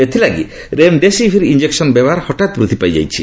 ଏଥିଲାଗି remdesivir injection ବ୍ୟବହାର ହଠାତ୍ ବୃଦ୍ଧି ପାଇଛି